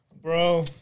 bro